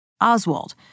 Oswald